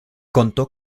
contó